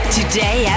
Today